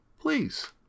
Please